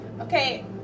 Okay